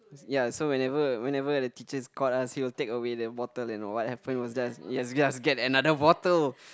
ya so whenever whenever the teachers caught us they will take away the bottle and what happen was just ya just get another bottle